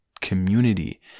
community